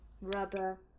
rubber